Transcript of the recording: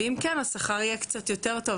ואם כן השכר יהיה קצת יותר טוב,